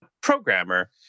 programmer